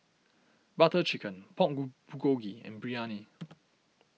Butter Chicken Pork Bulgogi and Biryani